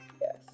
Yes